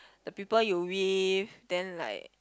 the people you with then like